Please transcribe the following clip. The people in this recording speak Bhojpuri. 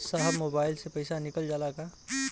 साहब मोबाइल से पैसा निकल जाला का?